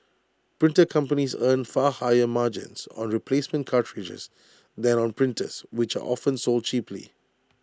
printer companies earn far higher margins on replacement cartridges than on printers which are often sold cheaply